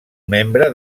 membre